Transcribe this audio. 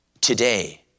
Today